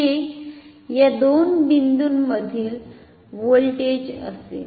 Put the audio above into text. हे या दोन बिंदूंमधील व्होल्टेज असेल